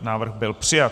Návrh byl přijat.